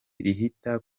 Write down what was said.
rihita